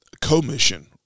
commission